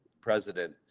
President